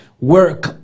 work